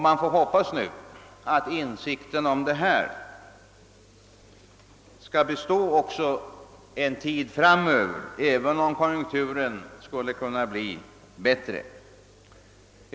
Vi får nu hoppas att insikten härom skall bestå en tid framöver, även om konjunkturen skulle bli bättre.